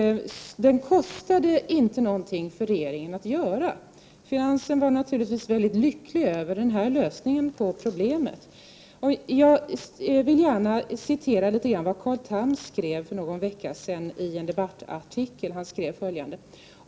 Den kostade ingenting för regeringen att göra. Finansen var naturligtvis lycklig över den här lösningen på problemet. Jag vill gärna citera vad Carl Tham skrev för någon vecka sedan i en debattartikel.